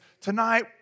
tonight